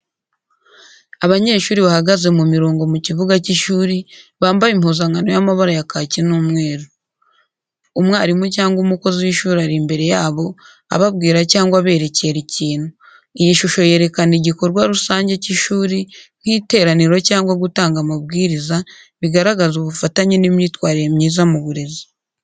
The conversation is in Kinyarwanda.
Abanyeshuri bahagaze mu mirongo mu kibuga cy’ishuri, bambaye impuzankano y’amabara ya kaki n’umweru. Umwarimu cyangwa umukozi w’ishuri ari imbere yabo, ababwira cyangwa aberekera ikintu. Iyi shusho yerekana igikorwa rusange cy’ishuri, nk’iteraniro cyangwa gutanga amabwiriza, bigaragaza ubufatanye n’imyitwarire myiza mu burezi.